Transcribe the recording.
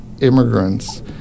immigrants